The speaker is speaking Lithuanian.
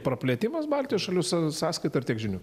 praplėtimas baltijos šalių sa sąskaita ir tiek žinių